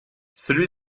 celui